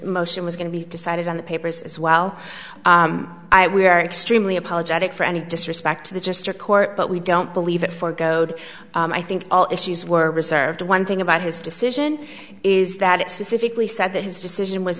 motion was going to be decided on the papers as well i we are extremely apologetic for any disrespect to the just a court but we don't believe it for goad i think all issues were reserved one thing about his decision is that it specifically said that his decision was